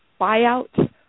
buyout